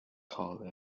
called